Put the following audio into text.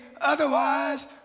otherwise